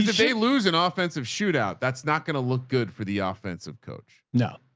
they lose an ah offensive shootout. that's not going to look good for the offensive coach. no.